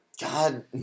God